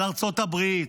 על ארצות הברית,